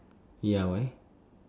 ya why